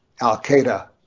al-Qaeda